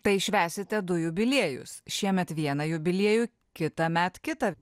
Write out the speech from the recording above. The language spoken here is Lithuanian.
tai švęsite du jubiliejus šiemet vieną jubiliejų kitąmet kitą